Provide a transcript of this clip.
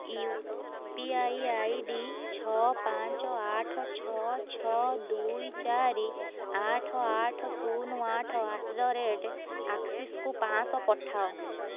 you P I I D ଛଅ ପାଞ୍ଚ ଆଠ ଛଅ ଛଅ ଦୁଇ ଚାରି ଆଠ ଆଠ ଶୂନ ଆଠ ଆଟ୍ ଦ ରେଟ୍ ଆକ୍ସିସ୍କୁ ପାଞ୍ଚଶହ ପଠାଅ